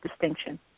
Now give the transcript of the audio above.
distinction